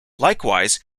likewise